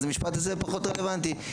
אז המשפט הזה פחות רלוונטי,